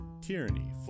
Tyranny